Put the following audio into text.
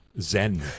zen